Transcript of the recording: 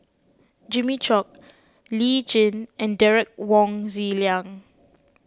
Jimmy Chok Lee Tjin and Derek Wong Zi Liang